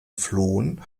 flohen